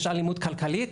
יש אלימות כלכלית.